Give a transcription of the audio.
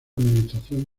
administración